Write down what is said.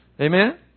Amen